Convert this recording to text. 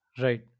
Right